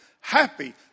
Happy